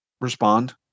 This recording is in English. respond